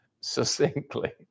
succinctly